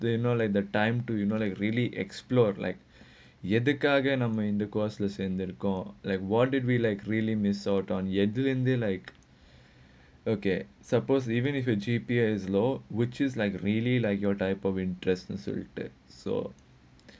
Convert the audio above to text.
the you know like the time to you know like really explored like எதுக்காங்க இந்த:edhukagg intha course leh listen the recall like what do we really like miss out on எது வந்து:ethu vanthu like okay suppose even if your G_P_S low which is like really like your type of interest so